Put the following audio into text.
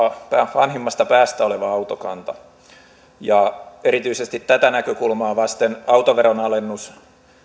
vanhimmasta päästä oleva autokanta erityisesti tätä näkökulmaa vasten autoveron alennus